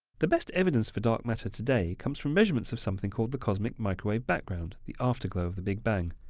the best evidence for dark matter today comes from measurements of something called the cosmic microwave background, the afterglow of the big bang,